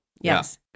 Yes